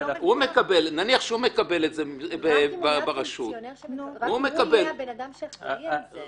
נניח שהוא מקבל את זה ברשות --- הוא יהיה האדם שאחראי על זה.